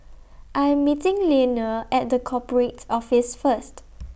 I Am meeting Leaner At The Corporate Office First